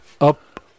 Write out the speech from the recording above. up